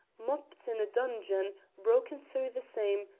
moped in a dungeon, broken through the same,